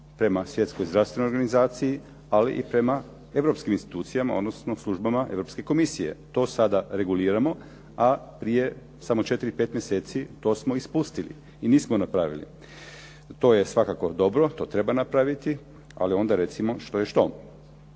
prema Svjetskoj zdravstvenoj organizaciji ali i prema europskim institucijama odnosno službama Europske komisije. To sada reguliramo a prije samo četiri, pet mjeseci to smo ispustili i nismo napravili. To je svakako dobro, to treba napraviti ali onda recimo što je što.